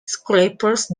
scrapers